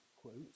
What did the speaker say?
quote